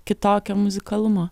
kitokio muzikalumo